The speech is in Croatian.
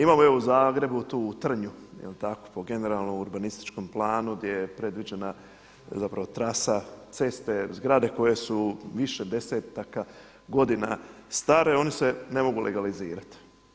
Imamo evo u Zagrebu tu u Trnju je li tako po generalnom urbanističkom planu gdje je predviđena zapravo trasa ceste, zgrade koje su više desetaka godina stare one se ne mogu legalizirati.